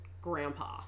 grandpa